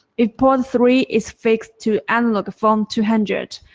if port three is fixed to analog phone two hundred,